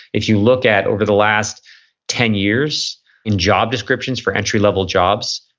if you look at over the last ten years in job descriptions for entry level jobs,